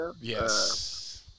Yes